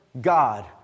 God